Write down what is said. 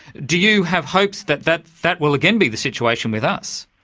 do you have hopes that that that will again be the situation with us?